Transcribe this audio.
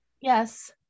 Yes